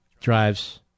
drives